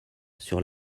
sur